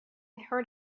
heard